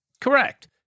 Correct